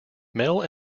mel